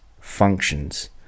functions